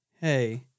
Hey